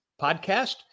podcast